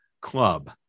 club